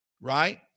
Right